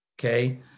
okay